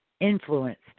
influenced